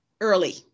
early